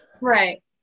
Right